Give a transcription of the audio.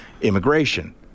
immigration